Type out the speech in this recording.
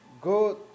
go